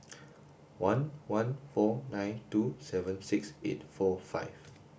one one four nine two seven six eight four five